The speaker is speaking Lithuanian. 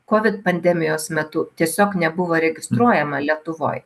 covid pandemijos metu tiesiog nebuvo registruojama lietuvoj